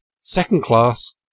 second-class